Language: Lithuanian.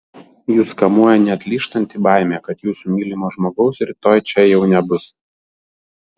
jus kamuoja neatlyžtanti baimė kad jūsų mylimo žmogaus rytoj čia jau nebus